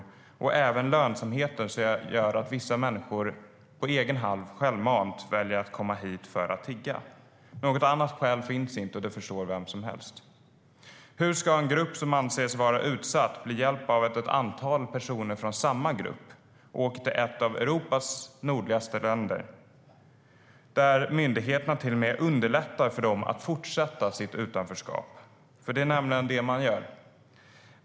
Det är även lönsamheten som gör att vissa människor självmant väljer att på egen hand komma hit och tigga. Något annat skäl finns inte, och det förstår vem som helst. Hur ska en grupp som anses vara utsatt bli hjälpt av att ett antal personer från samma grupp åker till ett av Europas nordligaste länder där myndigheterna till och med underlättar för dem att fortsätta sitt utanförskap? Det är nämligen det man gör.